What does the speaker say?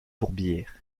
tourbières